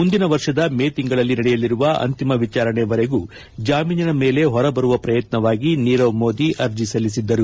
ಮುಂದಿನ ವರ್ಷದ ಮೇ ತಿಂಗಳಲ್ಲಿ ನಡೆಯಲಿರುವ ಅಂತಿಮ ವಿಚಾರಣೆವರೆಗೂ ಜಾಮೀನಿನ ಮೇಲೆ ಹೊರಬರುವ ಪ್ರಯತ್ನವಾಗಿ ನೀರವ್ ಮೋದಿ ಅರ್ಜೆ ಸಲ್ಲಿಸಿದ್ದರು